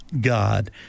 God